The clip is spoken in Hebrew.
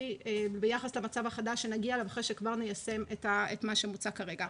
ביחס למצב החדש שנגיע אליו אחרי שכבר ניישם את מה שמוצע כרגע.